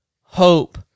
hope